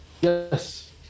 yes